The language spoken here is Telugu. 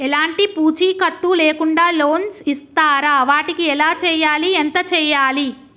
ఎలాంటి పూచీకత్తు లేకుండా లోన్స్ ఇస్తారా వాటికి ఎలా చేయాలి ఎంత చేయాలి?